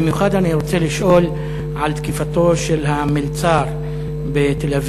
במיוחד אני רוצה לשאול על תקיפתו של המלצר בתל-אביב,